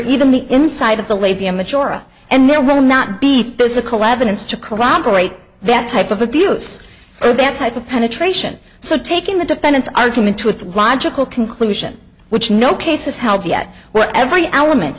even the inside of the les be a majority and there will not be physical evidence to corroborate that type of abuse or that type of penetration so taking the defendant's argument to its logical conclusion which no cases held yet what every element